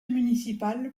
municipal